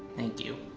thank you.